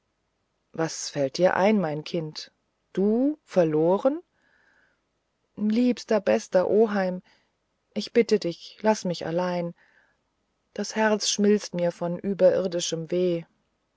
was fällt dir ein mein kind du verloren liebster bester oheim ich bitte dich laß mich allein das herz schmilzt mir von überirdischem weh